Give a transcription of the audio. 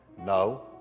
No